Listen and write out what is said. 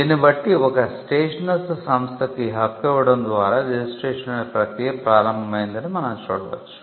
దీన్ని బట్టి ఒక స్టేషనర్స్ సంస్థకు ఈ హక్కు ఇవ్వడం ద్వారా రిజిస్ట్రేషన్ అనే ప్రక్రియ ప్రారంభం అయ్యిందని మనం చూడవచ్చు